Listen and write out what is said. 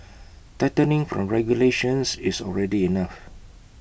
tightening from regulations is already enough